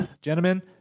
Gentlemen